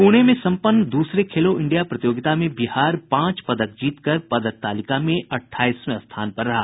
पुणे में सम्पन्न दूसरे खेलो इंडिया प्रतियोगिता में बिहार पांच पदक जीतकर पदक तालिका में अठाईसवें स्थान पर रहा